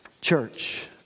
Church